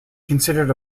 considered